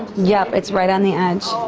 yep. it's right on the edge.